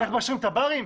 איך מאשרים תב"רים?